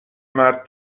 مرد